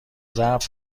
ضرب